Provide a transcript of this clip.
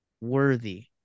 worthy